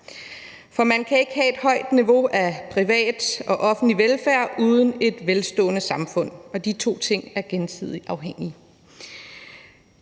For man kan ikke have et højt niveau af privat og offentlig velfærd uden et velstående samfund – de to ting er gensidigt afhængige.